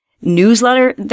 newsletter